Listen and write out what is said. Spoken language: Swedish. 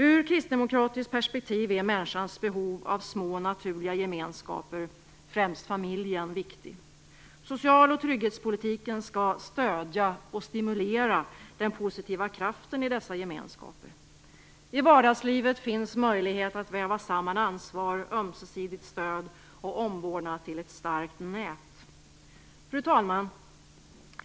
Ur kristdemokratiskt perspektiv är människans behov av små naturliga gemenskaper, främst familjen, viktig. Social och trygghetspolitiken skall stödja och stimulera den positiva kraften i dessa gemenskaper. I vardagslivet finns möjlighet att väva samman ansvar, ömsesidigt stöd och omvårdnad till ett starkt nät. Fru talman!